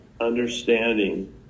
understanding